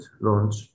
launch